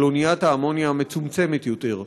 של אוניית האמוניה המצומצמת יותר,